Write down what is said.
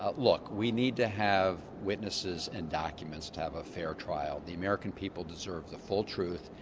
ah look, we need to have witnesses and documents to have a fair trial. the american people deserve the full truth,